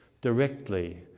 directly